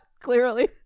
Clearly